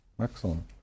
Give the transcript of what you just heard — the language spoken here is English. Excellent